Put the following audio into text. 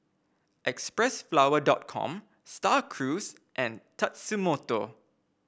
Xpressflower com Star Cruise and Tatsumoto